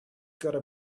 gotta